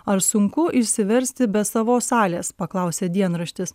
ar sunku išsiversti be savos salės paklausė dienraštis